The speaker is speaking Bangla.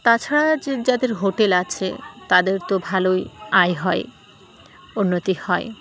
তাছাড়া যে যাদের হোটেল আছে তাদের তো ভালোই আয় হয় উন্নতি হয়